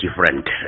different